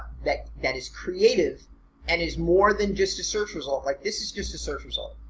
that that is creative and is more than just a search result. like this is just a search result.